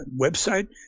website